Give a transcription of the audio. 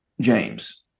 James